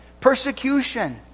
persecution